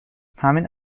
همین